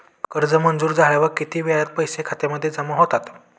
कर्ज मंजूर झाल्यावर किती वेळात पैसे खात्यामध्ये जमा होतात?